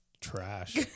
trash